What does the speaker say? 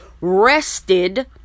rested